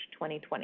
2020